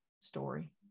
story